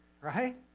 Right